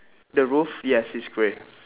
the roof yes it's grey